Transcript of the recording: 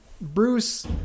Bruce